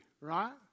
right